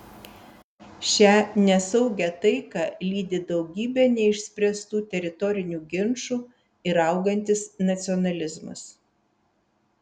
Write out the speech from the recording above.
šią nesaugią taiką lydi daugybė neišspręstų teritorinių ginčų ir augantis nacionalizmas